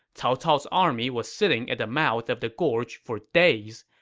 cao cao's army was sitting at the mouth of the gorge for days.